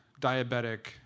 diabetic